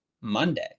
Monday